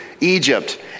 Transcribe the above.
Egypt